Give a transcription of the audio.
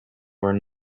were